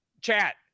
Chat